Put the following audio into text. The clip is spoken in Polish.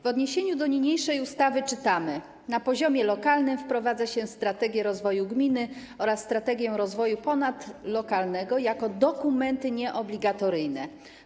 W odniesieniu do niniejszej ustawy czytamy: na poziomie lokalnym wprowadza się strategię rozwoju gminy oraz strategię rozwoju ponadlokalnego jako dokumenty nieobligatoryjne.